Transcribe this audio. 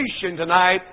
tonight